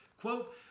quote